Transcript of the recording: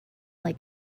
like